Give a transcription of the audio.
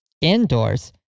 indoors